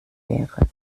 wäre